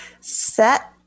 set